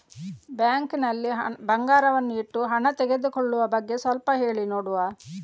Bank ನಲ್ಲಿ ಬಂಗಾರವನ್ನು ಇಟ್ಟು ಹಣ ತೆಗೆದುಕೊಳ್ಳುವ ಬಗ್ಗೆ ಸ್ವಲ್ಪ ಹೇಳಿ ನೋಡುವ?